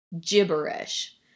gibberish